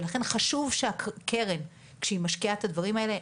לכן חשוב שהקרן כשהיא משקיעה את הדברים האלה,